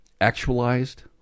actualized